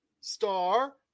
star